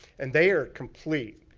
and they are complete.